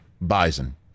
bison